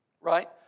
Right